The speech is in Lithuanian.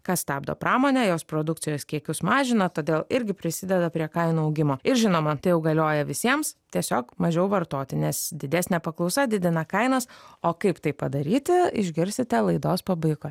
kas stabdo pramonę jos produkcijos kiekius mažina todėl irgi prisideda prie kainų augimo ir žinoma tai jau galioja visiems tiesiog mažiau vartoti nes didesnė paklausa didina kainas o kaip tai padaryti išgirsite laidos pabaigoj